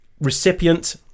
recipient